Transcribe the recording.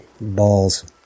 Balls